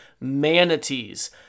manatees